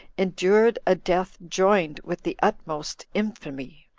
endured a death joined with the utmost infamy.